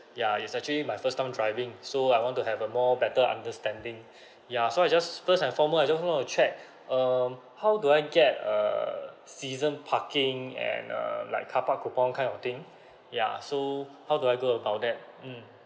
yeah it's actually my first time driving so I want to have a more better understanding yeah so I just first and foremost I just want to check um how do I get err season parking at uh like carpark coupon kind of thing yeah so how do I go about that mm